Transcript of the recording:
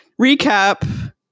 recap